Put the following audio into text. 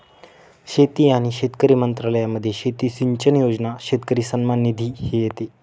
शेती आणि शेतकरी मंत्रालयामध्ये शेती सिंचन योजना, शेतकरी सन्मान निधी हे येते